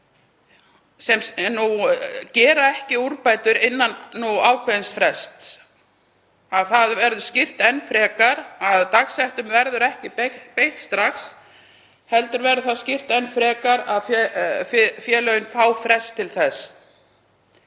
sem gera ekki úrbætur innan ákveðins frests. Það verður skýrt enn frekar að dagsektum verður ekki beitt strax heldur verður það skýrt enn frekar að félögin fá frest til þess.